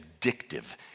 addictive